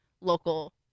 local